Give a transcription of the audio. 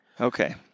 Okay